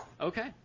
Okay